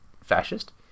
fascist